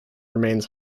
remains